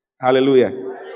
Hallelujah